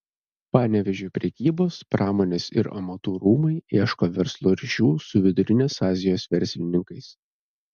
panevėžio prekybos pramonės ir amatų rūmai ieško verslo ryšių su vidurinės azijos verslininkais